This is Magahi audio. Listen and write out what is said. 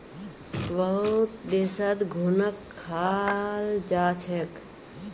बहुत देशत घुनक खाल जा छेक